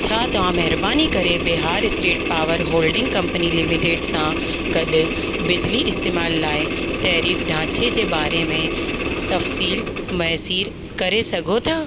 छा तव्हां महिरबानी करे Bihar state power holding company limited सां गॾु बिजली इस्तेमाल लाइ टैरिफ ढांचे जे बारे में तफ़सील मुयसरु करे सघो था